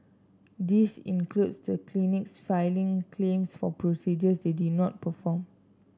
this includes the clinics filing claims for procedures they did not perform